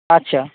আচ্ছা